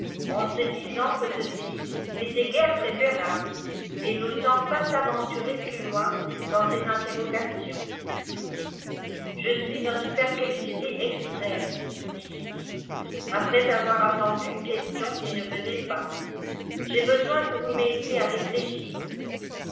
en se disant que ceci n'était guère préférable et n'osant pas s'aventurer plus loin dans ses interrogations je suis dans une perplexité extrême dit kitty après avoir attendu une question qui ne venait pas j'ai besoin que vous m'aidiez à réfléchir